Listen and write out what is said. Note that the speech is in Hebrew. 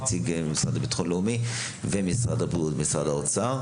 נציג מהמשרד לביטחון לאומי ונציג ממשרד הבריאות וממשרד האוצר.